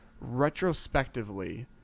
Retrospectively